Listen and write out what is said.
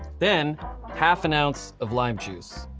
then half an ounce of lime juice.